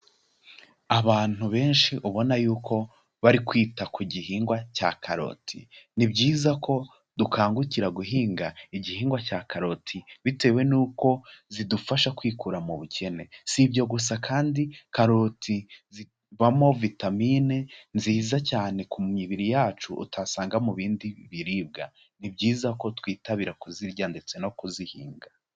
Abantu benshi ubona yuko bari kwita ku gihingwa cya karoti, ni byiza ko dukangukira guhinga igihingwa cya karoti bitewe nuko zidufasha kwikura mu bukene, si ibyo gusa kandi karoti zibamo vitamine nziza cyane ku mibiri yacu utasanga mu bindi biribwa, ni byiza ko twitabira kuzirya ndetse no kuzihinga.